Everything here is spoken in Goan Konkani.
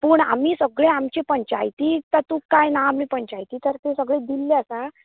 पूण आमी सगळें आमच्या पंचायतीं तातूंक कांय नात पंचायतीं तर्फे सगळें दिल्लें आसा